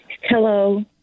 Hello